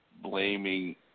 blaming